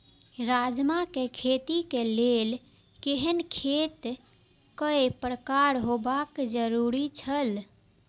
राजमा के खेती के लेल केहेन खेत केय प्रकार होबाक जरुरी छल?